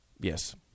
Yes